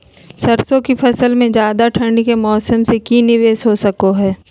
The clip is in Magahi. सरसों की फसल में ज्यादा ठंड के मौसम से की निवेस हो सको हय?